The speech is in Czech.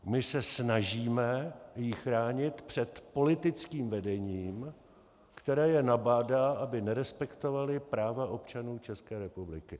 My se snažíme ji chránit před politickým vedením, které je nabádá, aby nerespektovali práva občanů České republiky.